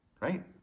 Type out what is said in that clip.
right